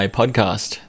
podcast